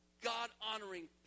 God-honoring